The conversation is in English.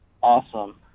Awesome